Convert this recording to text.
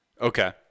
Okay